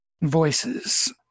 Voices